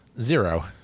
Zero